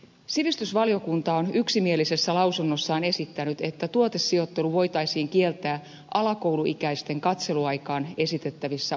sivistysvaliokunta on yksimielisessä lausunnossaan esittänyt että tuotesijoittelu voitaisiin kieltää alakouluikäisten katseluaikaan esitettävissä ohjelmissa